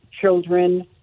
children